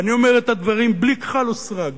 ואני אומר את הדברים בלי כחל ושרק,